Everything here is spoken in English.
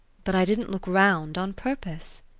but i didn't look round on purpose.